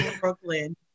Brooklyn